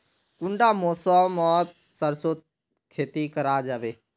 कुंडा मौसम मोत सरसों खेती करा जाबे?